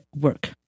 work